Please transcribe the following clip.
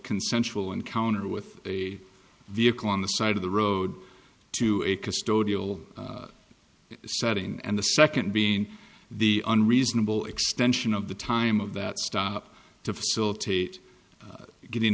consensual encounter with a vehicle on the side of the road to a custodial setting and the second being the unreasonable extension of the time of that stop to facilitate getting